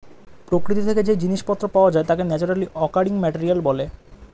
প্রকৃতি থেকে যেই জিনিস পত্র পাওয়া যায় তাকে ন্যাচারালি অকারিং মেটেরিয়াল বলে